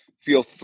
feel